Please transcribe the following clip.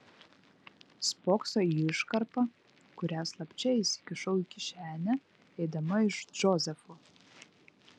spokso į iškarpą kurią slapčia įsikišau į kišenę eidama iš džozefo